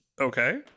Okay